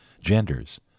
genders